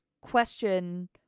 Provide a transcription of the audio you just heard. question